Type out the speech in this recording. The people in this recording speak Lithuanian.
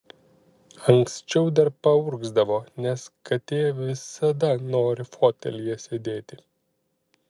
anksčiau dar paurgzdavo nes katė visada nori fotelyje sėdėti